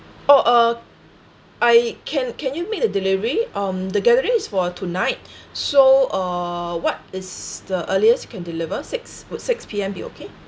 oh uh I can can you make the delivery um the gathering is for tonight so uh what is the earliest you can deliver six would six P_M be okay